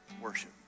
worship